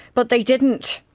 but they didn't.